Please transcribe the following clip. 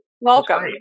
Welcome